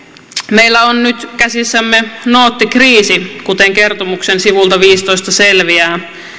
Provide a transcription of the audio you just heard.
meillä on nyt käsissämme noottikriisi kuten kertomuksen sivulta viisitoista selviää